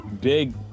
big